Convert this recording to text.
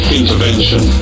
intervention